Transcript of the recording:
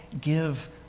give